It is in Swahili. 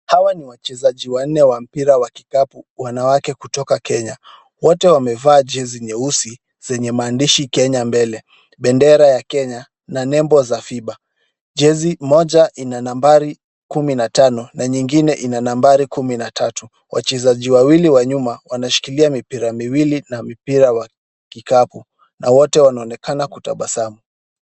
Hawa ni wachezaji wanne wa mpira wa kikapu wanawake kutoka Kenya. Wote wamevaa jezi nyeusi zenye maandishi Kenya mbele, bendera ya Kenya na nembo za fiba. Jezi moja ina nambari kumi na tano na nyingine ina nambari kumi na tatu. Wachezaji wawili wa nyuma wanashikilia mipira miwili na mpira wa kikapu na wote wanaonekana kutabasamu.